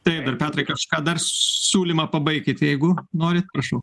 taip dar petrai kažką dar siūlymą pabaikit jeigu norit prašau